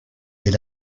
est